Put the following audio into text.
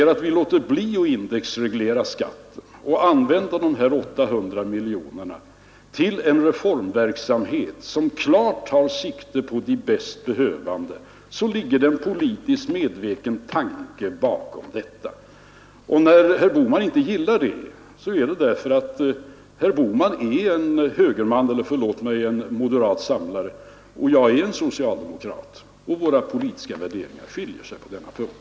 Om vi då låter bli att indexreglera skatten och använder de 800 miljonerna till en reformverksamhet som klart tar sikte på de mest behövande, ligger det en medveten politisk tanke bakom detta. Att herr Bohman inte gillar det beror på att herr Bohman är en moderat samlare. Våra politiska värderingar skiljer sig på denna punkt.